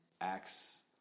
acts